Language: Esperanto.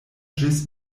ĝis